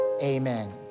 Amen